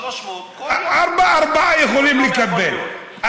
300. ארבעה יכולים לקבל.